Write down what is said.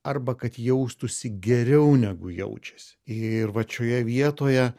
arba kad jaustųsi geriau negu jaučiasi ir vat šioje vietoje